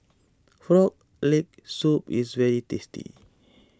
Frog Leg Soup is very tasty